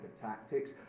tactics